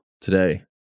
today